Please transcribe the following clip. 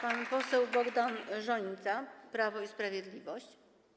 Pan poseł Bogdan Rzońca, Prawo i Sprawiedliwość.